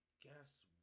guess